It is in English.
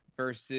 versus